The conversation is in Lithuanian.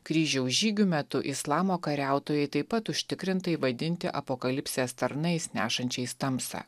kryžiaus žygių metu islamo kariautojai taip pat užtikrintai vadinti apokalipsės tarnais nešančiais tamsą